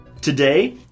Today